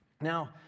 now